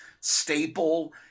staple